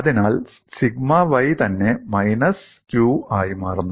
അതിനാൽ sigma y തന്നെ minus q ആയി മാറുന്നു